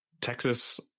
Texas